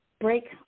break